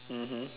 mmhmm